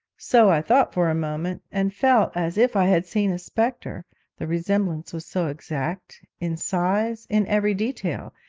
so i thought for a moment, and felt as if i had seen a spectre the resemblance was so exact in size, in every detail,